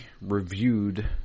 reviewed